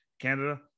Canada